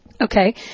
Okay